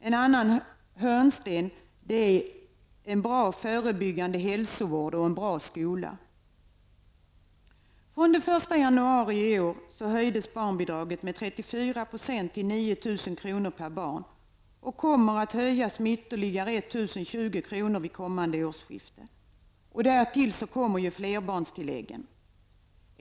De andra hörnstenarna är en bra förebyggande hälsovård och en bra skola. 9 000 kr. per barn, och det kommer att höjas med ytterligare 1 020 kr. vid kommande årsskifte. Därtill kommer flerbarnstilläggen.